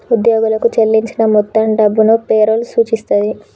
ఉద్యోగులకు చెల్లించిన మొత్తం డబ్బును పే రోల్ సూచిస్తది